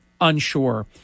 unsure